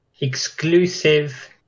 exclusive